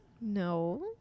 No